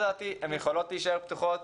הן יכולות להישאר פתוחות.